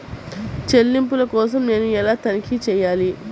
చెల్లింపుల కోసం నేను ఎలా తనిఖీ చేయాలి?